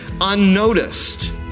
unnoticed